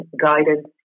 Guidance